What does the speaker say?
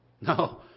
no